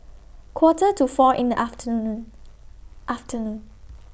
Quarter to four in The afternoon afternoon